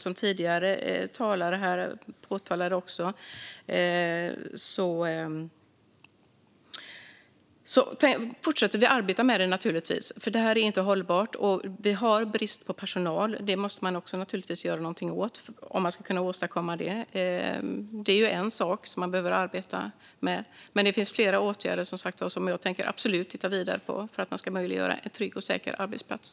Som tidigare talare har påpekat fortsätter vi naturligtvis att arbeta med det, för det är inte hållbart. Vi har brist på personal. Det måste man också göra någonting åt om man ska kunna åstadkomma detta. Det är en sak som man behöver arbeta med. Det finns flera åtgärder som jag absolut tänker titta vidare på för att kunna möjliggöra en trygg och säker arbetsplats.